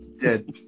dead